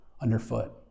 underfoot